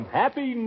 happy